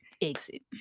exit